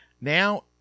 Now